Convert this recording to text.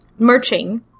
Merching